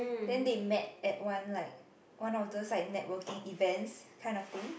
then they met at one night one of those networking events kind of thing